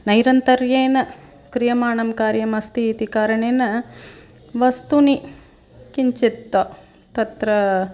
नैरन्तर्येण क्रियमाणं कार्यम् अस्ति इति कारणेन वस्तूनि किञ्चित् तत्र